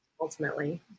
Ultimately